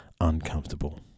uncomfortable